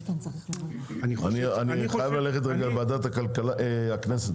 אני חייב ללכת רגע לוועדת הכנסת.